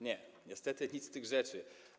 Nie, niestety nic z tych rzeczy.